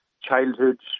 childhood